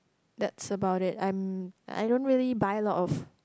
that's about it I'm I don't really buy a lot of